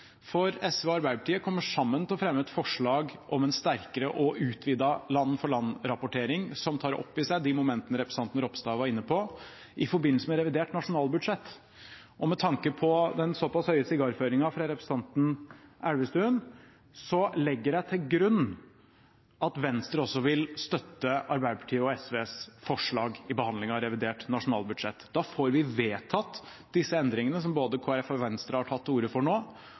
for SV og Arbeiderpartiet kommer sammen til å fremme et forslag om en sterkere og utvidet land-for-land-rapportering som tar opp i seg de momentene som representanten Ropstad var inne på, i forbindelse med revidert nasjonalbudsjett. Og med tanke på den såpass høye sigarføringen fra representanten Elvestuen legger jeg til grunn at Venstre også vil støtte Arbeiderpartiet og SVs forslag i behandlingen av revidert nasjonalbudsjett. Da får vi vedtatt disse endringene som både Kristelig Folkeparti og Venstre har tatt til orde for nå,